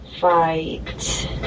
fight